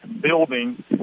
building